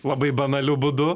labai banaliu būdu